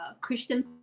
Christian